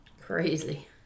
Crazy